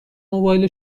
موبایل